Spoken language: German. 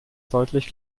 deutlich